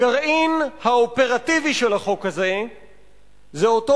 הגרעין האופרטיבי של החוק הזה זה אותו